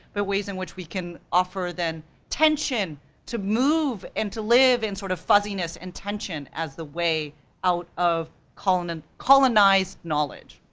but ways in which we can offer than tension to move and to live in sort of fuzziness and tension as the way out of colonized and colonized knowledge.